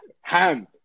Ham